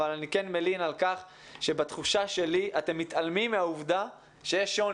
אבל אני כן מלין על כך שבתחושה שלי אתם מתעלמים מהעבודה שיש שוני.